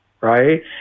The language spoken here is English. Right